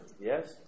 Yes